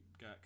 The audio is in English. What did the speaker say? got